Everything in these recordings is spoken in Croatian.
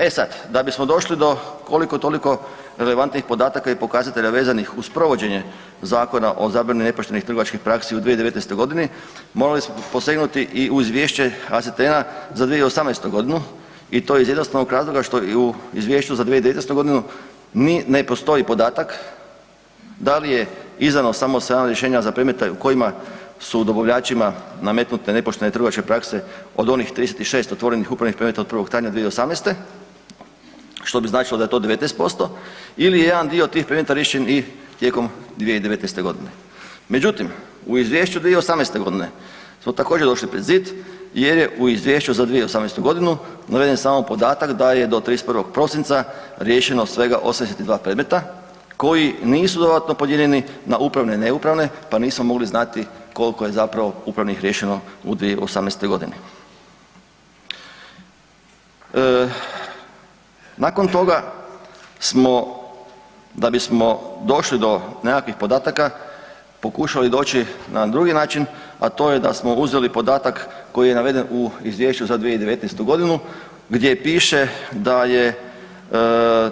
E sad, da bismo došli do koliko toliko relevantnih podataka i pokazatelja vezanih uz provođenje Zakona o zabrani nepoštenih trgovačkih praksi u 2019.g. morali smo posegnuti i u izvješće AZTN-a za 2018.g. i to iz jednostavnog razloga što i u izvješću za 2019.g. ne postoji podatak da li je izdano samo 7 rješenja za predmete u kojima su dobavljačima nametnute nepoštene trgovačke prakse od onih 36 otvorenih upravnih predmeta od 1. travnja 2018.što bi značilo da je to 19% ili je jedan dio tih predmeta riješen i tijekom 2019.g. Međutim, u izvješću od 2018.g. smo također došli pred zid jer je u izvješću za 2018.g. naveden samo podatak da je do 31.prosinca riješeno svega 82 predmeta koji nisu dodatno podijeljeni na upravne i neupravne pa nismo mogli znati koliko je zapravo upravnih riješeno u 2018.g. Nakon toga smo da bismo došli do nekakvih podataka pokušali doći na drugi način, a to je da smo uzeli podatak koji je naveden u izvješću za 2019.g. gdje piše da je 22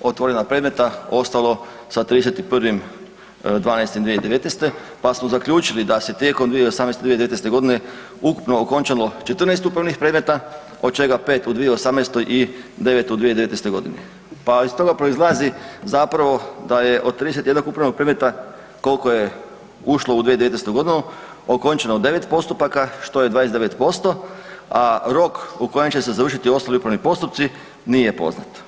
otvorena predmeta ostalo sa 31.12.2019., pa smo zaključili da se tijekom 2018., 2019.g. ukupno okončalo 14 upravnih predmeta od čega 5 u 2018. i 9 u 2019.g. pa iz toga proizlazi zapravo da je od 31 upravnog predmeta koliko je ušlo u 2019.g. okončano 9 postupaka što je 29%, a rok u kojem će se završiti ostali upravni postupci nije poznat.